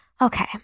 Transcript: Okay